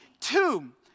tomb